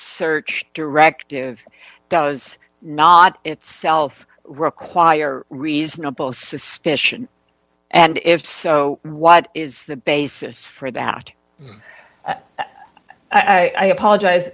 search directive does not itself require reasonable suspicion and if so what is the basis for that i apologize